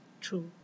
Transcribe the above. True